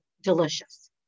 delicious